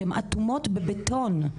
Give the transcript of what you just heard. שהן אטומות בבטון,